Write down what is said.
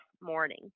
morning